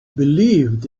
believed